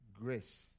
grace